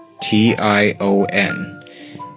T-I-O-N